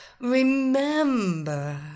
Remember